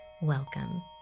welcome